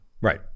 Right